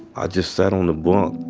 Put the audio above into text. i just sat on the bunk.